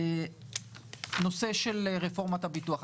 נושא של רפורמת הביטוח.